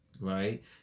Right